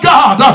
God